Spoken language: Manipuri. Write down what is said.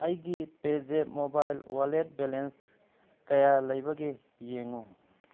ꯑꯩꯒꯤ ꯄꯦꯖꯦꯞ ꯃꯣꯕꯥꯏꯜ ꯋꯥꯜꯂꯦꯠ ꯕꯦꯂꯦꯟꯁ ꯀꯌꯥ ꯂꯩꯕꯒꯦ ꯌꯦꯡꯎ